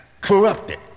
corrupted